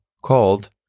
called